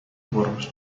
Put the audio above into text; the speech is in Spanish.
puros